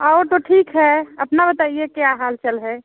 और तो ठीक है अपना बताइए क्या हाल चाल है